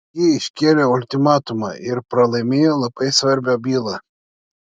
ji iškėlė ultimatumą ir pralaimėjo labai svarbią bylą